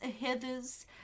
Heather's